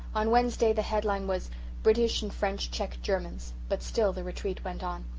on wednesday the headline was british and french check germans but still the retreat went on.